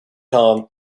kong